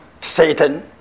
Satan